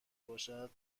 باشد